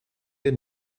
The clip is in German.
wir